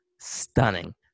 stunning